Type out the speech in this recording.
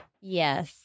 yes